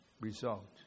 result